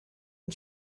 and